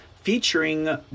featuring